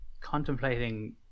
contemplating